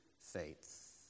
faith